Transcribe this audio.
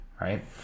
right